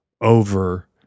over